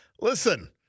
listen